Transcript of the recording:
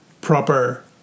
proper